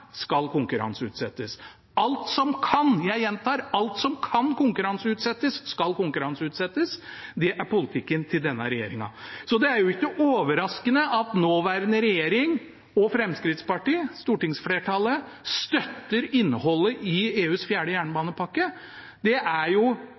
skal konkurranseutsettes. Jeg gjentar: Alt som kan konkurranseutsettes, skal konkurranseutsettes. Det er politikken til denne regjeringen. Så det er ikke overraskende at nåværende regjering og Fremskrittspartiet – stortingsflertallet – støtter innholdet i EUs fjerde